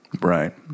Right